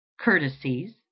courtesies